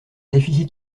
déficit